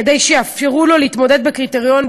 כדי שיאפשרו לו להתמודד בקריטריון,